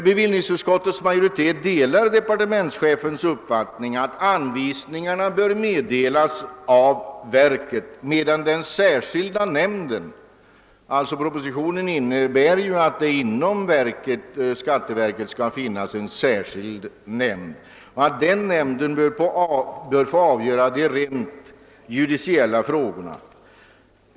Bevillningsutskottets majoritet delar departementschefens uppfattning om att anvisningarna bör meddelas av verket, medan den särskilda nämnden — propositionen innebär att det inom skatteverket skall finnas en särskild nämnd — bör få avgöra de rent judiciella frå gorna.